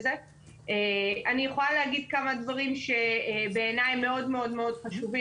זה עלויות מאוד מאוד גבוהות.